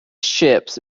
ships